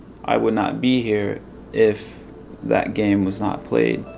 i would not be here if that game was not played.